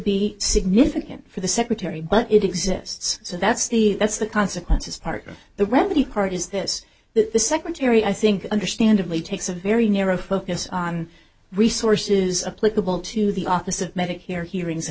be significant for the secretary but it exists so that's the that's the consequences part of the remedy part is this that the secretary i think understandably takes a very narrow focus on resources a political to the office of medicare hearings and